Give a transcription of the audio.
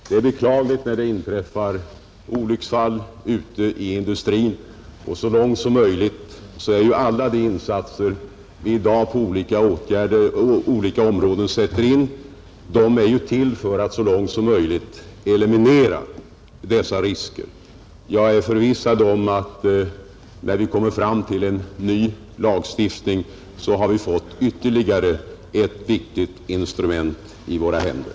Det är beklagligt när det inträffar olycksfall ute i industrin. Alla de insatser som vi i dag gör på olika områden är till för att så långt möjligt eliminera dessa risker. Jag är förvissad om att när vi kommer fram till en ny lagstiftning, har vi fått ytterligare ett viktigt instrument i våra händer.